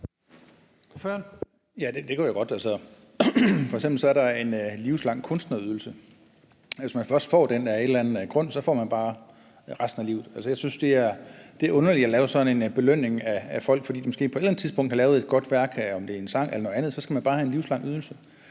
Ja, det kunne jeg godt. F.eks. er der en livslang kunstnerydelse. Hvis man først får den af en eller anden grund, får man den bare resten af livet. Jeg synes, det er underligt at lave sådan en belønning af folk. Fordi de måske på et eller andet tidspunkt har lavet godt værk – om det er en sang eller noget andet – skal de bare have en livslang ydelse.